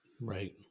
Right